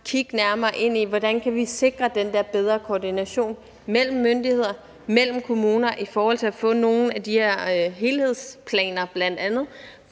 kigge nærmere på, hvordan vi kan sikre den der bedre koordination mellem myndigheder, mellem kommuner i forhold til at få nogle af de her helhedsplaner, bl.a.